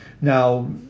Now